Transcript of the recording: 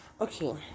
Okay